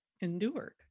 endured